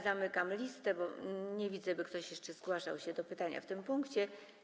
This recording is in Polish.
Zamykam listę, bo nie widzę, by ktoś jeszcze zgłaszał się do pytania w tym punkcie.